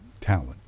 talent